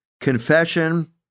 Confession